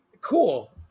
cool